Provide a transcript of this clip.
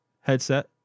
headset